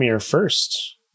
first